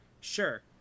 Sure